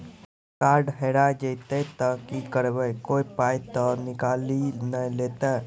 Card हेरा जइतै तऽ की करवै, कोय पाय तऽ निकालि नै लेतै?